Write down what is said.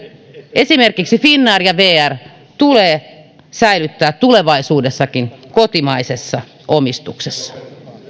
esimerkiksi finnair ja vr tulee säilyttää tulevaisuudessakin kotimaisessa omistuksessa